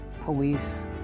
police